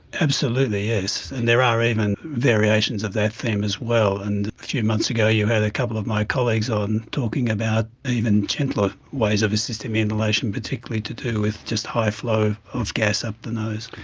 absolutely, yes, and there are even variations of that theme as well, and a few months ago you had a couple of my colleagues on talking about even gentler ways of assisting ventilation, particularly to do with just high flow of gas up the nose.